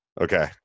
Okay